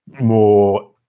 more